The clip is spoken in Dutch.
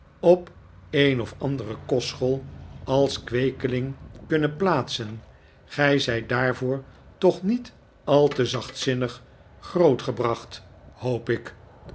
op de een of andere kostschool als kweekeling kunnen plaatsen gij zijt daarvoor toch niet al te zachtzinnnig grootgebracht hoop ik